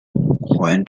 when